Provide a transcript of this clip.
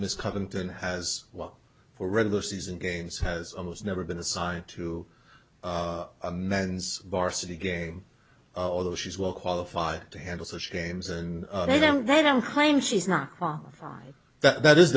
miss covington has what for regular season games has almost never been assigned to a man's bar city game of although she's well qualified to handle such games and they don't they don't claim she's not qualified that is